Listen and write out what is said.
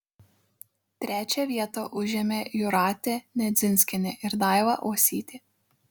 trečią vietą užėmė jūratė nedzinskienė ir daiva uosytė